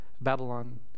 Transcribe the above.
Babylon